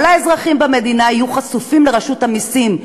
האזרחים במדינה יהיו חשופים לרשות המסים,